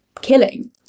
killing